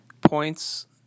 Points